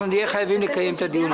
אנחנו נהיה חייבים לקיים את הדיון הזה.